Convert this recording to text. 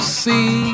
see